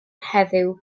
heddiw